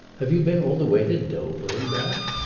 have you been all the way to dover and back?